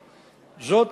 וזאת,